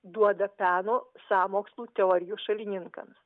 duoda peno sąmokslų teorijų šalininkams